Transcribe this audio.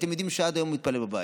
ואתם יודעים שעד היום הוא התפלל בבית,